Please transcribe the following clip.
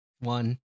one